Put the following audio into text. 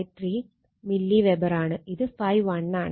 453 milliweber ആണ് ഇത് ∅1 ആണ്